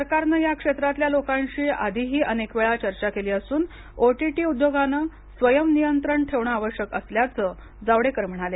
सरकारनं या क्षेत्रातल्या लोकांशी आधीही अनेक वेळा चर्चा केली असून ओटीटी उद्योगानं स्वयंनियंत्रण ठेवणं आवश्यक असल्याचं जावडेकर म्हणाले